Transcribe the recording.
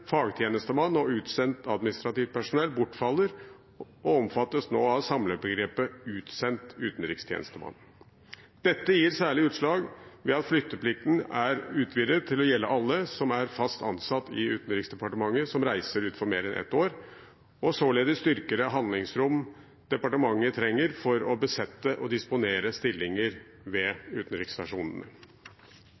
og «utsendt administrativt personell» bortfaller og nå omfattes av samlebegrepet «utsendt utenrikstjenestemann». Dette gir seg særlig utslag i at flytteplikten er utvidet til å gjelde alle som er fast ansatt i Utenriksdepartementet som reiser ut for mer enn ett år, og således styrker det handlingsrom departementet trenger for å besette og disponere stillinger ved utenriksstasjonene.